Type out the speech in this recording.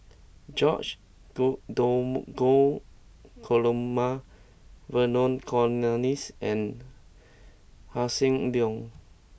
George go dom go Dromgold Coleman Vernon Cornelius and Hossan Leong